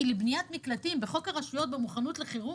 כי לבניית מקלטים בחוק הרשויות במוכנות לחירום,